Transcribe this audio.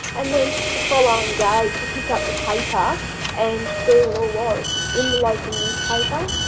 and then the following day, to pick up the paper and there it all was in the local newspaper,